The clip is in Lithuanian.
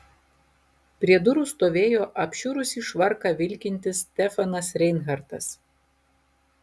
prie durų stovėjo apšiurusį švarką vilkintis stefanas reinhartas